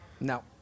No